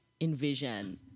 envision